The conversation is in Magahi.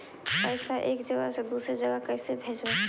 पैसा एक जगह से दुसरे जगह कैसे भेजवय?